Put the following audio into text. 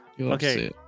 Okay